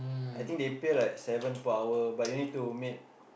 I think they pay like seven per hour but you need to meet